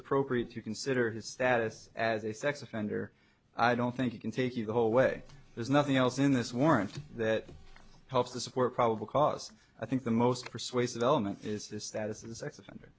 appropriate to consider his status as a sex offender i don't think you can take you the whole way there's nothing else in this warrant that helps to support probable cause i think the most persuasive element is the status